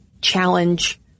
challenge